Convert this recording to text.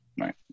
Right